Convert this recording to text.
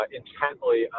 intently